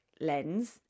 lens